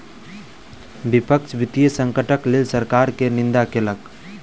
विपक्ष वित्तीय संकटक लेल सरकार के निंदा केलक